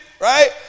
Right